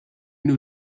new